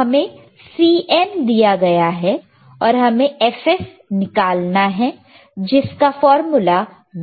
तो हमें Cm दिया गया है और हमें Fs निकालना है जिस का फार्मूला